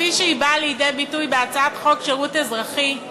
כפי שבאה לידי ביטוי בהצעת חוק שירות אזרחי,